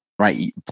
right